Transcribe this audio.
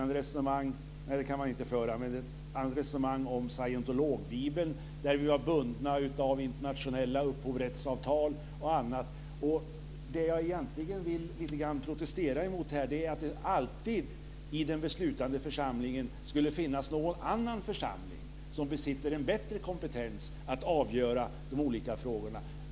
Det var ett annat resonemang om scientologbibeln, där vi var bundna av internationella upphovsrättsavtal och annat. Det jag egentligen vill protestera mot är att det alltid i fråga om den beslutande församlingen skulle finnas någon annan församling som besitter en bättre kompetens att avgöra de olika frågorna.